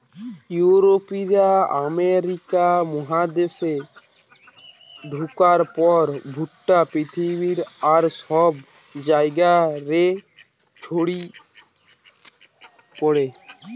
ইউরোপীয়রা আমেরিকা মহাদেশে ঢুকার পর ভুট্টা পৃথিবীর আর সব জায়গা রে ছড়ি পড়ে